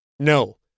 No